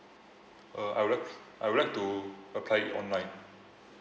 uh I would like I would like to apply it online